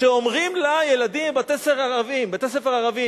כשאומרים לה ילדים מבתי-ספר ערביים,